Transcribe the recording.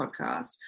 podcast